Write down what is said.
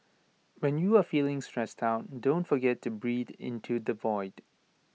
when you are feeling stressed out don't forget to breathe into the void